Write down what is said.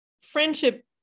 friendship